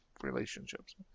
relationships